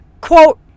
quote